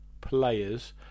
players